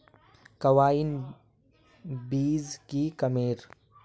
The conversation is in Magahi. कार्बाइन बीस की कमेर?